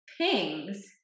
pings